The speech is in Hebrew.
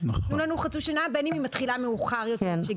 תנו לנו חצי שנה בין היא מתחילה מאוחר יותר.